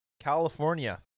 California